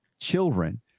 children